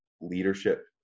leadership